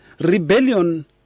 rebellion